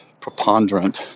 preponderant